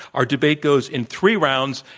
our debate goes in three rounds,